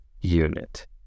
Unit